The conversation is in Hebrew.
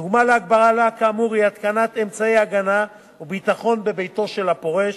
דוגמה להגבלה כאמור היא התקנת אמצעי הגנה וביטחון בביתו של הפורש.